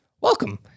Welcome